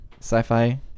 Sci-fi